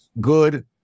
good